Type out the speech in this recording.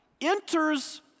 enters